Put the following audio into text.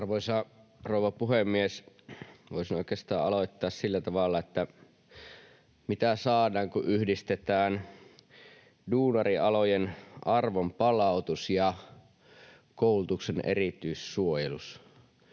Arvoisa rouva puhemies! Voisin oikeastaan aloittaa sillä tavalla, että mitä saadaan, kun yhdistetään duunarialojen arvonpalautus ja koulutuksen erityissuojelus?